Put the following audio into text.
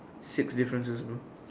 six differences bro